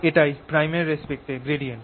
এটাই প্রাইমের রেস্পেক্ট এ গ্রাডিয়েন্ট